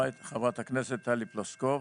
חברת הכנסת טלי פלוסקוב,